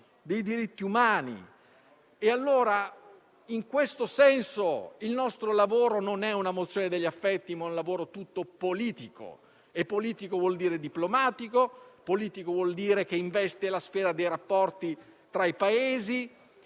dei diritti umani. In questo senso, il nostro lavoro non è una mozione degli affetti, ma un lavoro tutto politico, che vuol dire diplomatico, perché investe la sfera dei rapporti tra i Paesi,